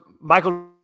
Michael